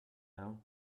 now